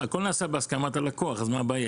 הכול נעשה בהסכמת הלקוח, אז מה הבעיה?